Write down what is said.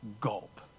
gulp